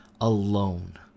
alone